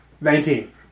Nineteen